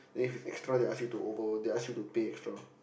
then if it's extra they ask you to over they ask you to pay extra